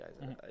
guys